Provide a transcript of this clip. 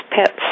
pets